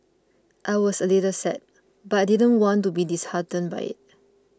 I was a little sad but I didn't want to be disheartened by it